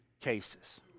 cases